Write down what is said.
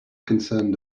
concerned